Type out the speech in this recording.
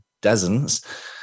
dozens